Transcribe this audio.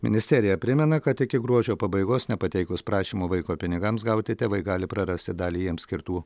ministerija primena kad iki gruodžio pabaigos nepateikus prašymo vaiko pinigams gauti tėvai gali prarasti dalį jiems skirtų